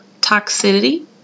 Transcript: toxicity